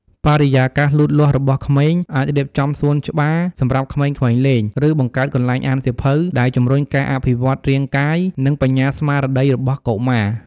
បរិយាកាសលូតលាស់របស់ក្មេង អាចរៀបចំសួនច្បារសម្រាប់ក្មេងៗលេង ឬបង្កើតកន្លែងអានសៀវភៅ ដែលជំរុញការអភិវឌ្ឍន៍រាងកាយ និងបញ្ញាស្មារតីរបស់កុមារ។